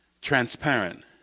transparent